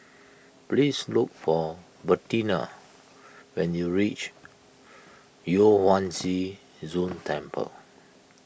please look for Bertina when you reach Yu Huang Zhi Zun Temple